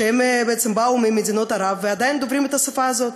שבעצם באו ממדינות ערב ועדיין דוברים את השפה הזאת.